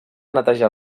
netejar